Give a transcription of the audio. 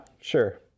sure